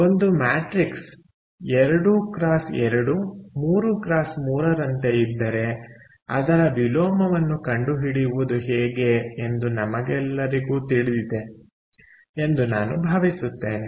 ಒಂದು matrix 2 x 2 3 x 3 ರಂತೆ ಇದ್ದರೆ ಅದರ ವಿಲೋಮವನ್ನು ಕಂಡುಹಿಡಿಯುವುದು ಹೇಗೆ ಎಂದು ನಮಗೆಲ್ಲರಿಗೂ ತಿಳಿದಿದೆ ಎಂದು ನಾನು ಭಾವಿಸುತ್ತೇನೆ